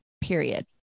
period